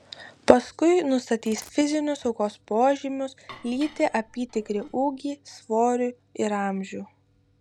paskui nustatys fizinius aukos požymius lytį apytikrį ūgį svorį ir amžių